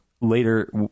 later